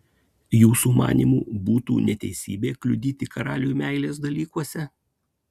jūsų manymu būtų neteisybė kliudyti karaliui meilės dalykuose